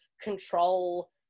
control